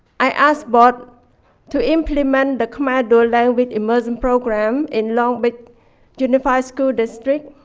i ask board to implement the khmer dual language immersion program in long beach unified school district.